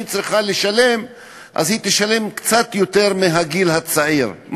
היא צריכה לשלם קצת יותר מאשר בגיל הצעיר,